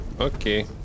Okay